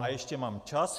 A ještě mám čas.